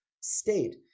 state